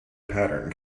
pattern